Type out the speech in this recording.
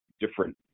different